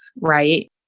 right